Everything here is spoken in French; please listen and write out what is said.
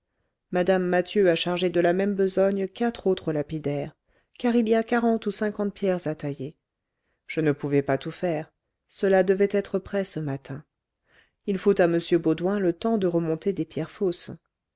mme mathieu a chargé de la même besogne quatre autres lapidaires car il y a quarante ou cinquante pierres à tailler je ne pouvais pas tout faire cela devait être prêt ce matin il faut à m baudoin le temps de remonter des pierres fausses